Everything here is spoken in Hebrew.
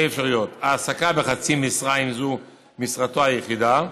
אפשרויות: העסקה בחצי משרה אם זו משרתו היחידה,